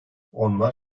onlar